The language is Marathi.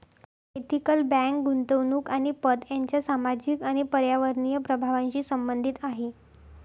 एथिकल बँक गुंतवणूक आणि पत यांच्या सामाजिक आणि पर्यावरणीय प्रभावांशी संबंधित आहे